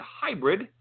hybrid